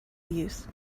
use